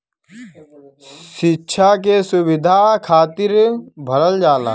सिक्षा के सुविधा खातिर भरल जाला